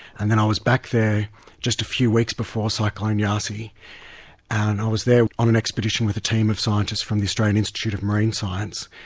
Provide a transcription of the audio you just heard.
and then i was back there again just a few weeks before cyclone yasi and i was there on an expedition with a team of scientists from the australian institute of marine science,